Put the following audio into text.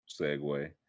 segue